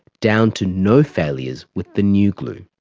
down to no failures with the new glue.